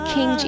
King